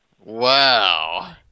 Wow